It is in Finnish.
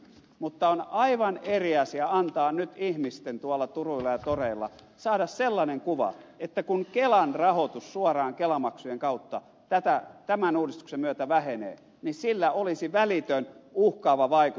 mutta on aivan eri asia antaa nyt ihmisten tuolla turuilla ja toreilla saada sellainen kuva että kun kelan rahoitus suoraan kelamaksujen kautta tämän uudistuksen myötä vähenee niin sillä olisi välitön uhkaava vaikutus perusturvaetuuksien rahoitukseen